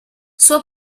suo